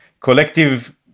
collective